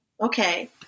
Okay